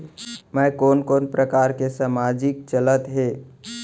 मैं कोन कोन प्रकार के सामाजिक चलत हे?